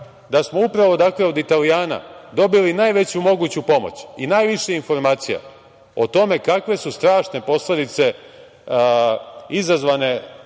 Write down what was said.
da smo upravo od Italijana dobili najveću moguću pomoć i najviše informacija o tome kakve su strašne posledice izazvane